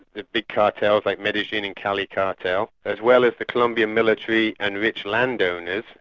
the big cartels like medellin and cali cartel, as well as the colombian military and rich landowners,